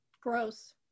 Gross